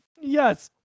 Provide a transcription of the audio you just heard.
yes